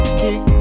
kick